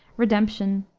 redemption,